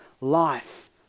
life